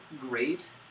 great